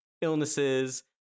illnesses